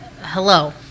hello